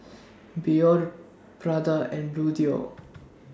Biore Prada and Bluedio